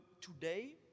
today